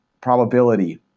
probability